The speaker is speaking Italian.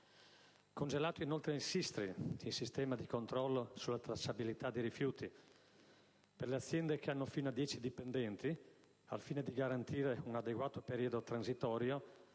Congelato inoltre il SISTRI, il Sistema di controllo della tracciabilità dei rifiuti: per le aziende che hanno fino a 10 dipendenti, al fine di garantire un adeguato periodo transitorio,